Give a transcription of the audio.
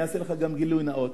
אני אעשה לך גם גילוי נאות.